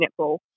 netball